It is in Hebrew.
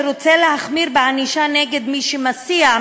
שרוצה להחמיר את הענישה של מי שמסיע,